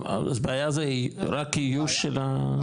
אז הבעיה זה רק איוש של ה-?